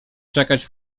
czekać